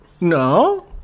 No